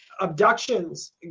abductions